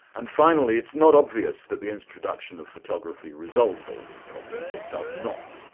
and finally, it's not obvious that the introduction of photography resolves all these problems it does not.